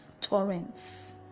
torrents